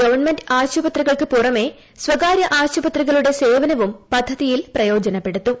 government ആശുപത്രികൾക്ക് പുറമെ സ്വകാര്യ ആശുപത്രികളുടെ സേവനവും പദ്ധതിയിൽ പ്രയോജനപ്പെടുത്തും